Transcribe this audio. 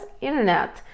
internet